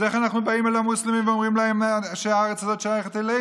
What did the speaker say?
אז איך אנחנו באים אל המוסלמים ואומרים להם שהארץ הזאת שייכת לנו?